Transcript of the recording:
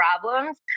problems